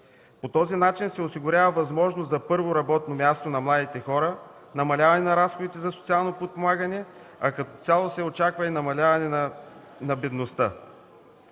По този начин се осигурява възможност за първо работно място на младите хора, намаляване на разходите за социално подпомагане, а като цяло се очаква и намаляване на бедността.